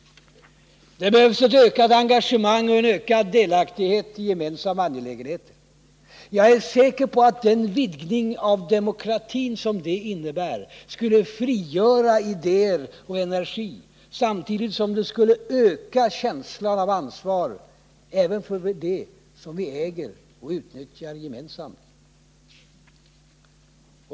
Det behövs ett ökat engagemang och en ökad delaktighet i gemensamma angelägenheter. Jag är säker på att den vidgning av demokratin som detta innebär skulle frigöra idéer och energi samtidigt som det skulle öka känslan av ansvar även för det som vi äger och utnyttjar gemensamt.